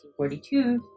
1942